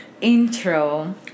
intro